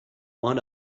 one